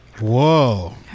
Whoa